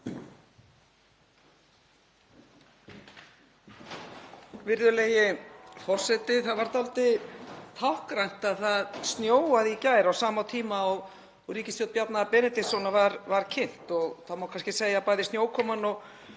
Virðulegi forseti. Það var dálítið táknrænt að það snjóaði í gær á sama tíma og ríkisstjórn Bjarna Benediktssonar var kynnt og það má kannski segja að bæði snjókoman og